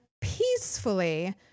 peacefully